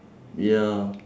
ya